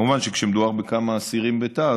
מובן שכשמדובר בכמה אסירים בתא,